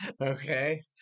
Okay